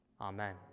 Amen